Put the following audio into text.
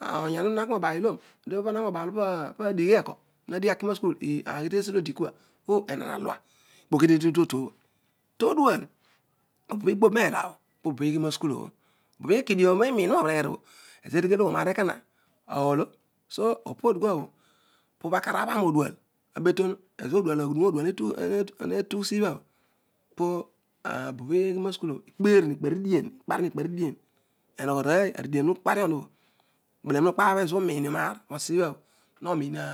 Oyani obho naki nobalihgoh hadi akina suku agh tosioe odikua enaan alua ikpokite tuno to tuobho. todual obo bho igbo neela bho pobo bha igbina suku obho obo bho ikidio inuuio no bereer obho ezo eedi keloghon naar eko oolo so opodikua obho akom abhan odual abe ton ezo obho odual ne tugh sibha bho po obobho igh. nasuku obho ikparou ikponi dieh ikparion ikpari dien euogho rooy aridien obho ukparion obho ibelanem obho ukparion keduo urowiwnaor but sibha buo wonwa